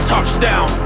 Touchdown